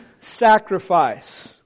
sacrifice